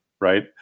right